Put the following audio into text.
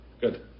Good